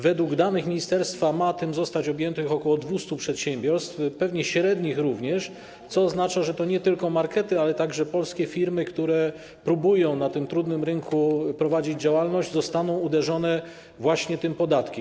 Według danych ministerstwa ma tym zostać objętych ok. 200 przedsiębiorstw, pewnie również średnich, co oznacza, że nie tylko markety, ale także polskie firmy, które próbują na tym trudnym rynku prowadzić działalność, zostaną uderzone właśnie tym podatkiem.